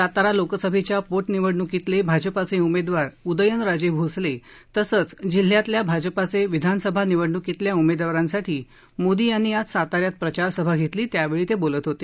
सातारा लोकसभेच्या पोटनिवडणुकीतले भाजपाचे उमेदवार उदयनराजे भोसले तसंच जिल्ह्यातल्या भाजपाचे विधानसभा निवडणुकीतल्या उमेदवारांसाठी मोदी यांनी आज साताऱ्यात प्रचारसभा घेतली त्यावेळी ते बोलत होते